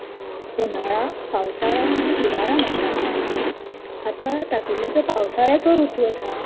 उनाळो पावसाळो आनी हिंवाळा म्हणटा पय आमी आतां तातुंतलो जो पावसाळ्याचो ऋतू आसा